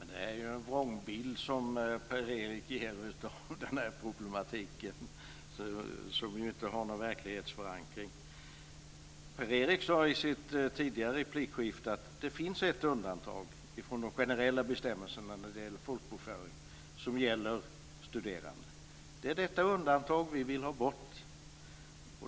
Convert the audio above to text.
Fru talman! Per Erik Granström ger en vrångbild av problemen. Den har inte någon verklighetsförankring. Per Erik Granström sade i ett tidigare replikskifte att det finns ett undantag från de generella bestämmelserna när det gäller folkbokföring som gäller studerande. Det är det undantaget vi vill ha bort.